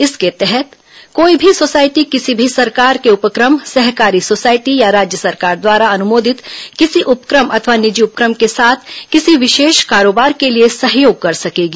इसके तहत कोई भी सोसायटी किसी भी सरकार के उपक्रम सहकारी सोसायटी या राज्य सरकार द्वारा अनुमोदित किसी उपक्रम अथवा निजी उपक्रम के साथ किसी विशेष कारोबार के लिए सहयोग कर सकेगी